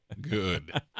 good